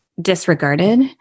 disregarded